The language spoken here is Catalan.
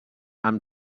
amb